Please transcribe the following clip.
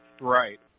Right